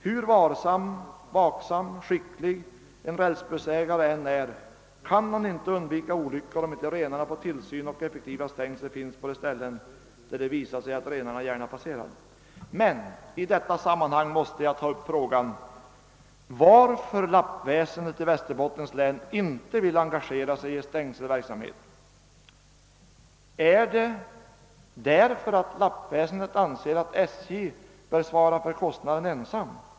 Hur vaksam och skicklig en rälsbussförare än är kan han inte undvika olyckor, om inte renarna får tillsyn och om inte effektiva stängsel finns på de ställen där det visar sig att renarna gärna passerar. I detta sammanhang måste jag ta upp frågan varför lappväsendet i Västerbottens län inte vill engagera sig i stängselverksamhet. Är det därför att lappväsendet anser att SJ bör svara för kostnaden?